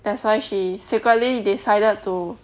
that's why she secretly decided to